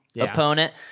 opponent